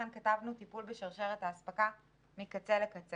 לכן כתבנו: טיפול בשרשרת האספקה מקצה לקצה.